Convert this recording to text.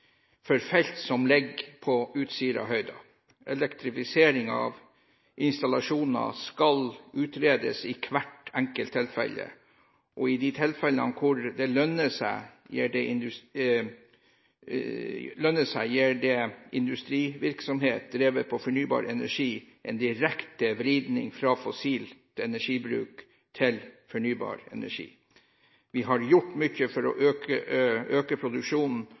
for utbygging og drift for felt som ligger på Utsirahøyden. Elektrifisering av installasjoner skal utredes i hvert enkelt tilfelle, og i de tilfellene der det lønner seg, gir det industrivirksomhet drevet på fornybar energi – en direkte vridning fra fossil energibruk til fornybar energibruk. Vi har gjort mye for å øke produksjonen